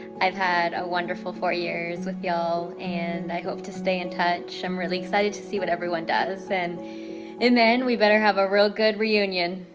i've had a wonderful four years with y'all, and i hope to stay in touch. i'm really excited to see what everyone does. and and then we better have a real good reunion.